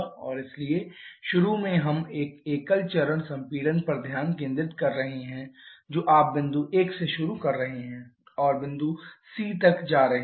और इसलिए शुरू में हम एक एकल चरण संपीड़न पर ध्यान केंद्रित कर रहे हैं जो आप बिंदु 1 से शुरू कर रहे हैं और बिंदु C तक जा रहे हैं